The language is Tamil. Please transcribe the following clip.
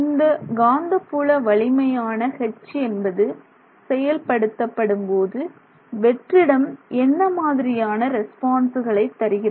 இந்த காந்தப்புல வலிமையான 'H' என்பது செயல்படுத்தப்படும் போது வெற்றிடம் என்ன மாதிரியான ரெஸ்பான்சுகளை தருகிறது